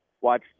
watch